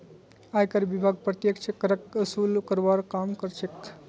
आयकर विभाग प्रत्यक्ष करक वसूल करवार काम कर्छे